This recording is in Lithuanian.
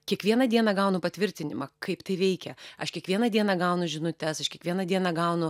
kiekvieną dieną gaunu patvirtinimą kaip tai veikia aš kiekvieną dieną gaunu žinutes aš kiekvieną dieną gaunu